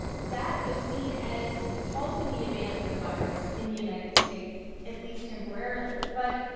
that was seen as halting the advance of the virus in the united states, at least temporarily. but,